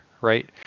right